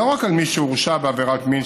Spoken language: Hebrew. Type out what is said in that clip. ולא רק על מי שהורשע בעבירת מין,